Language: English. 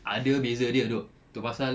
ada beza dia dok tu pasal